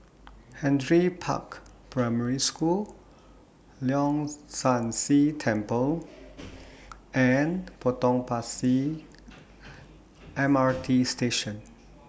Henry Park Primary School Leong San See Temple and Potong Pasir M R T Station